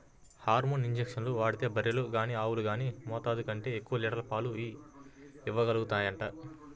hormone ఇంజక్షన్లు వాడితే బర్రెలు గానీ ఆవులు గానీ మోతాదు కంటే ఎక్కువ లీటర్ల పాలు ఇవ్వగలుగుతాయంట